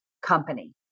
company